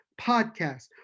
Podcast